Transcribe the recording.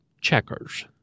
Checkers